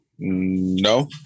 No